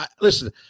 listen